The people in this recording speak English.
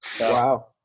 Wow